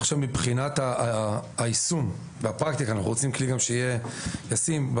מבחינת היישום והפרקטיקה אנחנו רוצים כלי שיהיה גם ישים.